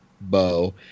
bow